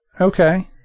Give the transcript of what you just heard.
Okay